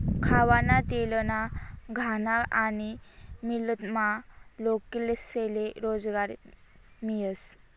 खावाना तेलना घाना आनी मीलमा लोकेस्ले रोजगार मियस